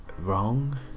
wrong